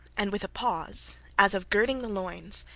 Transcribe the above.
and, with a pause, as of girding the loins,